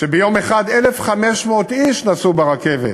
שביום אחד 1,500 איש נסעו ברכבת.